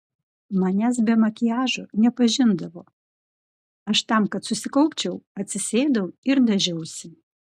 manęs be makiažo nepažindavo aš tam kad susikaupčiau atsisėdau ir dažiausi